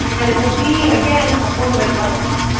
and it will be, again, a form of enlightenment.